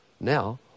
Now